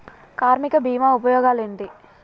కార్మిక బీమా ఉపయోగాలేంటి?